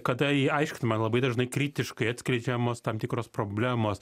kada ji aiškinama labai dažnai kritiškai atskleidžiamos tam tikros problemos